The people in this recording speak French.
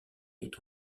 est